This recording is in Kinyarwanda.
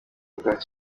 bwacyi